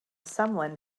someone